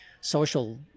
social